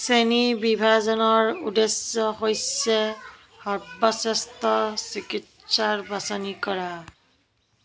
শ্ৰেণীবিভাজনৰ উদ্দেশ্য হৈছে সৰ্বশ্ৰেষ্ঠ চিকিৎসাৰ বাচনি কৰা